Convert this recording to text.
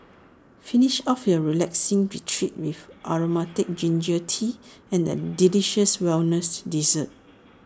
finish off your relaxing retreat with Aromatic Ginger Tea and A delicious wellness dessert